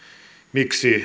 miksi